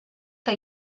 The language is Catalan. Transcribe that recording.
que